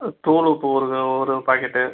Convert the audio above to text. தூள் உப்பு ஒரு ஒரு பாக்கெட்டு